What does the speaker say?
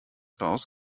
baust